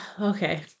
Okay